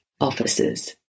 officers